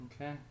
Okay